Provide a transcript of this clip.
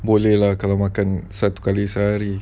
bolehlah kalau makan satu kali sehari